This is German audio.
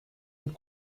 und